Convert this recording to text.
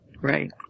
Right